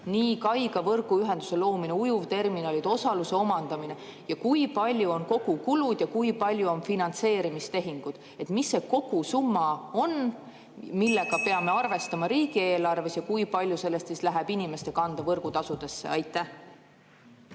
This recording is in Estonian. nii kaiga võrguühenduse loomine kui ka ujuvterminali osaluse omandamine? Kui palju on kogukulud ja kui palju on finantseerimistehingud? Mis see kogusumma on, millega peame arvestama riigieelarves, ja kui palju sellest läheb inimeste kanda võrgutasusse? Aitäh,